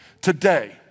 today